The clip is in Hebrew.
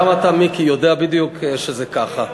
גם אתה, מיקי, יודע בדיוק שזה ככה.